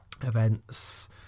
events